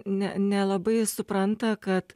ne nelabai supranta kad